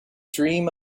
dream